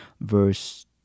verse